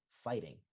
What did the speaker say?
fighting